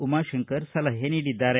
ಉಮಾಶಂಕರ್ ಸಲಹೆ ನೀಡಿದ್ದಾರೆ